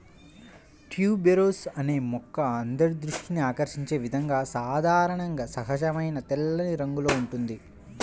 tuberose అనే మొక్క అందరి దృష్టిని ఆకర్షించే విధంగా సాధారణంగా సహజమైన తెల్లని రంగులో ఉంటుంది